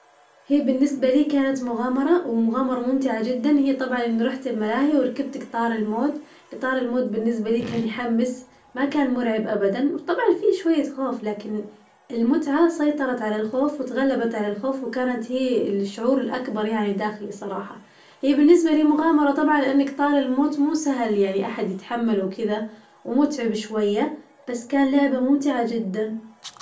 هي بالنسبة لي كانت مغامرة ومغامرة ممتعة جداً هي طبعاً إني روحت الملاهي وركبت قطار الموت، قطار الموت بالنسبة لي كان يحمس ما كان مرعب أبداً وطبعاً في شوية خوف لكن المتعة سيطرت على الخوف وتغلبت على الخوف وكانت هي الشعور الأكبر يعني داخلي صراحة، هي بالنسبة لي مغامرة طبعاً لأن قطار الموت مو سهل يعني أحد يتحمله وكذا ومتعب شوية بس كان لعبة ممتعة جداً.